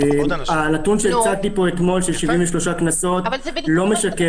הנתון שהצגתי פה אתמול של 73 קנסות לא משקף